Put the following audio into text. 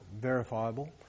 verifiable